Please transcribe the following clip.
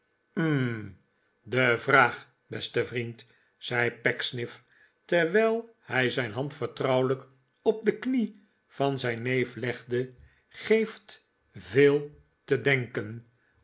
de vraag beste vriend zei pecksniff terwijl hij zijn hand vertrouwelijk op de knie van zijn neef legde geeft veel te denken